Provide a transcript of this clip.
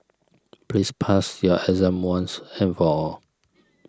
please pass your exam once and for all